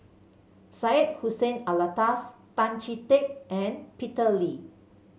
Syed Hussein Alatas Tan Chee Teck and Peter Lee